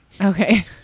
Okay